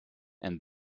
and